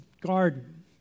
garden